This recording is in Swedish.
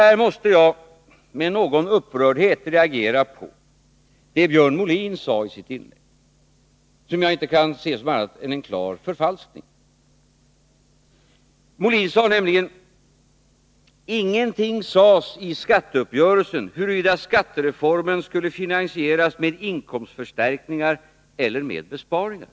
Här måste jag med någon upprördhet reagera mot vad Björn Molin sade i sitt inlägg och som jag inte kan se som något annat än en klar förfalskning. Björn Molin anförde nämligen: Ingenting sades i skatteuppgörelsen om huruvida skattereformen skulle finansieras med inkomstförstärkningar eller med besparingar.